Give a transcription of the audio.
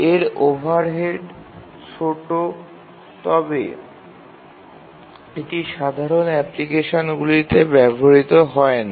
এর ওভারহেড ছোট তবে এটি সাধারণ অ্যাপ্লিকেশনগুলিতে ব্যবহৃত হয় না